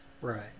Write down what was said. Right